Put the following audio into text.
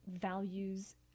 values